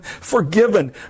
forgiven